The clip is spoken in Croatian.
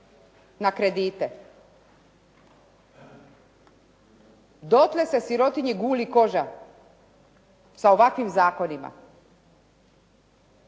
na kredite dotle se sirotinji guli koža sa ovakvim zakonima.